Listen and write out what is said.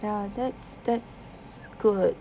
ya that's that's good